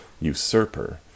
Usurper